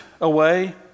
away